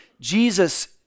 Jesus